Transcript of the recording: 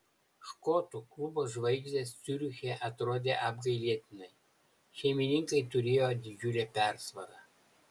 škotų klubo žvaigždės ciuriche atrodė apgailėtinai šeimininkai turėjo didžiulę persvarą